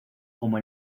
como